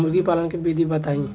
मुर्गीपालन के विधी बताई?